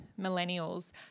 millennials